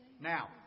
now